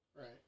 right